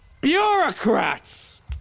bureaucrats